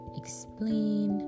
explain